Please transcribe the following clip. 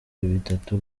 bitatu